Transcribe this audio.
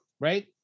Right